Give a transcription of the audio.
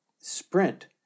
sprint